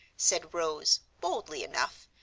said rose, boldly enough,